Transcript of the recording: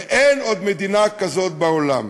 ואין עוד מדינה כזאת בעולם.